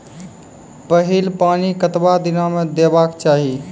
पहिल पानि कतबा दिनो म देबाक चाही?